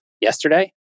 yesterday